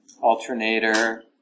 alternator